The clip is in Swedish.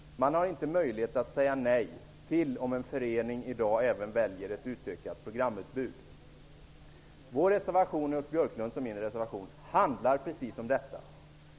Man kan inte säga nej, om en förening i dag väljer ett utökat programutbud. Ulf Björklunds och min reservation handlar precis om detta.